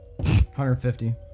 150